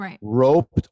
roped